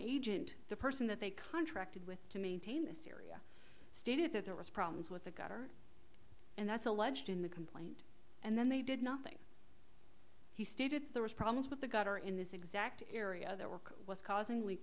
agent the person that they contracted with to maintain this area stated that there was problems with the gutter and that's alleged in the complaint and then they did nothing he stated that there was problems with the gutter in this exact area that work was causing